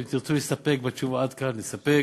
אם תרצו להסתפק בתשובה עד כאן, נסתפק.